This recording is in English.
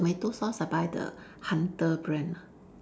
tomato sauce I buy the hunter brand ah